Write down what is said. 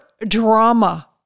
drama